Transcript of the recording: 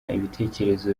ibitekerezo